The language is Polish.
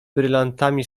brylantami